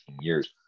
years